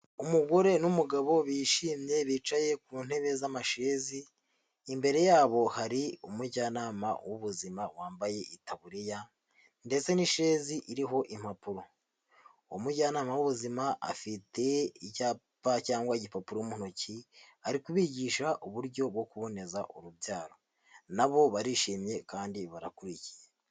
Umugore n'umugabo bishimye bicaye ku ntebe z'amashezi, imbere yabo hari umujyanama w'ubuzima wambaye itaburiya ndetse n'ishezi iriho impapuro, umujyanama w'ubuzima afite icyapa cyangwa igipapuro mu ntoki, ari kubigisha uburyo bwo kuboneza urubyaro, nabo barishimye kandi barakurikiye.